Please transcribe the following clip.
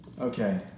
Okay